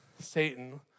Satan